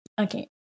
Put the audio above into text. Okay